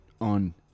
on